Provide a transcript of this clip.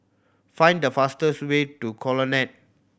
find the fastest way to Colonnade